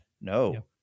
No